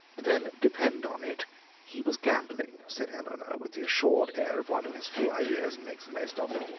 then depend on it he was gambling, said eleanor, with the assured air of one who has few ideas and makes the most of them.